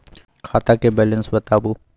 खाता के बैलेंस बताबू?